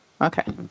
Okay